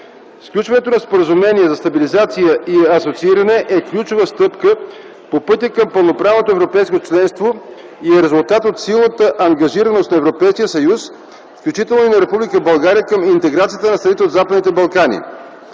Сключването на Споразумение за стабилизация и асоцииране е ключова стъпка по пътя към пълноправното европейско членство и е резултат от силната ангажираност на Европейския съюз, включително и на Република България, към интеграцията на страните от Западните Балкани.